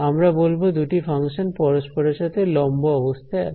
আমরা বলব দুটি ফাংশন পরস্পরের সাথে লম্ব অবস্থায় আছে